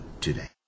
today